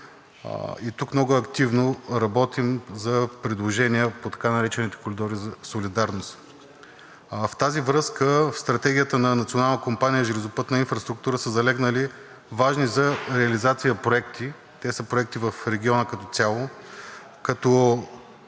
и тук много активно работим за предложения по така наречените коридори за солидарност. В тази връзка в Стратегията на Национална компания „Железопътна инфраструктура“ са залегнали важни за реализация проекти. Те са проекти в региона като цяло, като